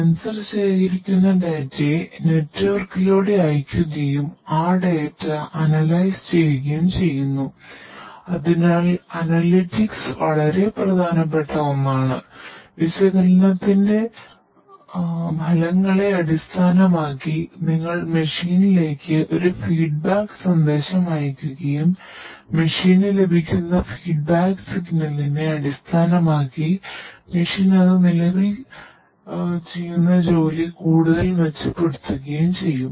സെൻസർഅടിസ്ഥാനമാക്കി machine അത് നിലവിൽ ചെയ്യുന്ന ജോലി കൂടുതൽ മെച്ചപ്പെടുത്തതുകയും ചെയ്യുന്നു